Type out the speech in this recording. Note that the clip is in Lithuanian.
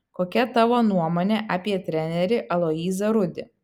kokia tavo nuomonė apie trenerį aloyzą rudį